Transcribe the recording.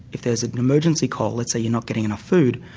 if there's an emergency call, let's say you're not getting enough food,